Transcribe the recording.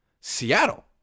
Seattle